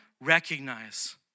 recognize